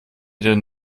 denn